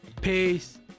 Peace